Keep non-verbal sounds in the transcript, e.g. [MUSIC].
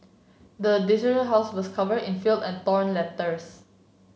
the desolated house was covered in fill and [UNINTELLIGIBLE] letters